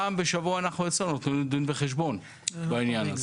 אבל פעם בשבוע אנחנו אצלו על מנת לתת לו דין וחשבון על העניין הזה.